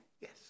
Yes